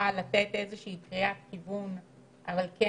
תוכל לתת איזו שהיא קריאת כיוון אבל כן